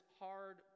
hard